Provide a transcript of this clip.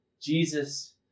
jesus